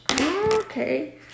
Okay